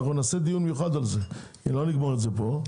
אנחנו נעשה דיון מיוחד על זה כי לא נגמור את זה פה.